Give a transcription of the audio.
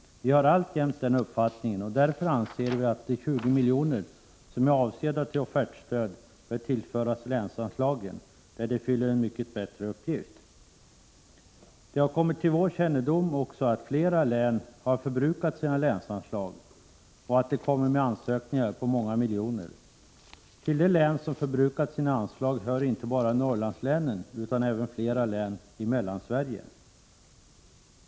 Vi har alltjämt den uppfattningen, och därför anser vi att de 20 miljoner som är avsedda till offertstöd bör tillföras länsanslagen, där de fyller en mycket bättre uppgift. Det har kommit till vår kännedom att flera län har förbrukat sina länsanslag och att de kommer med ansökningar om många miljoner. Till de län som förbrukat sina anslag hör inte bara Norrlandslänen utan även flera län i Mellansverige.